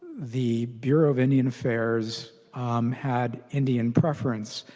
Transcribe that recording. the bureau of indian affairs um had indian preference